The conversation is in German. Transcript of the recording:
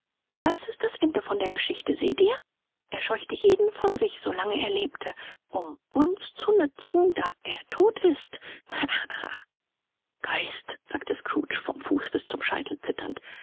das ist das ende von der geschichte seht ihr er scheuchte jeden von sich so lange er lebte um uns zu nützen da er tot ist ha ha ha geist sagte scrooge vom fuß bis zum scheitel zitternd